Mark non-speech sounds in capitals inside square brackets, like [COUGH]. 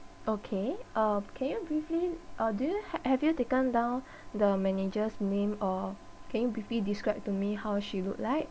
okay uh can you briefly uh do you have you taken down [BREATH] the manager's name or can you briefly describe to me how she look like